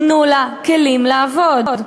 תנו לה כלים לעבוד.